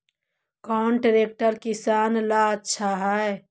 कौन ट्रैक्टर किसान ला आछा है?